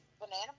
banana